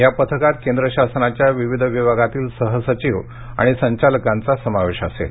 या पथकात केंद्र शासनाच्या विविध विभागातील सहसचिव आणि संचालकांचा समावेश असेल